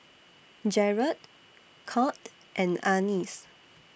Jarrod Curt and Anice